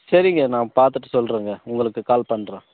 சரிங்க நான் பார்த்துட்டு சொல்கிறேன் உங்களுக்கு கால் பண்ணுறேன்